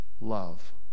love